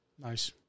Nice